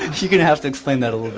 have to explain that a little